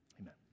amen